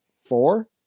Four